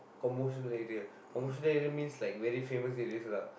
commercial area commercial area means very famous areas lah